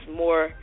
more